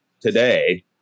today